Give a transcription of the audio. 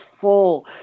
full